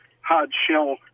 hard-shell